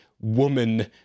woman